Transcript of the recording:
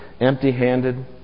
empty-handed